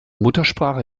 muttersprache